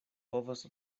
povas